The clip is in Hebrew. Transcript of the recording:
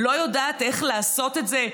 לא יודעת איך לעשות את זה?